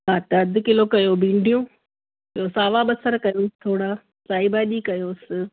हा अधु किलो कयो भींडियूं ॿियों सावा बसर कनि थोरा साई भाॼी कयोसि